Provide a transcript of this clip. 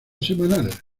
semanal